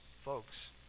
Folks